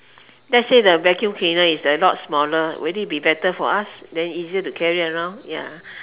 let's say the vacuum cleaner is a lot smaller will it be better for us then easier to carry around ya